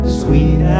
sweet